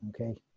Okay